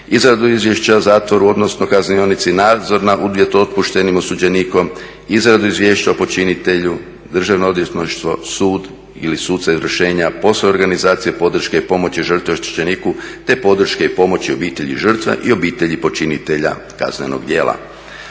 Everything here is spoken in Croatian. izradu izvješća o zatvoru odnosno kaznionica, nadzor na … /Govornik prebrzo čita ne razumije se./ … otpuštenim osuđenikom, izradu izvješća o počinitelju, Državno odvjetništvo, sud ili suca izvršenja, posao organizacije podrške i pomoći žrtve i oštećeniku te podrške i pomoći obitelji žrtve i obitelji počinitelja kaznenog djela.